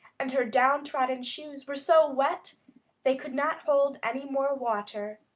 and her down-trodden shoes were so wet they could not hold any more water.